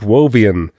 Wovian